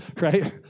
right